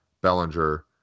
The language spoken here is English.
Bellinger